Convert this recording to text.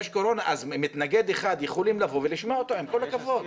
אז יכולים לבוא ולשמוע מתנגד אחד, עם כל הכבוד.